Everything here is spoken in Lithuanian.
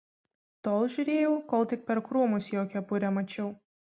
tol žiūrėjau kol tik per krūmus jo kepurę mačiau